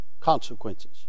consequences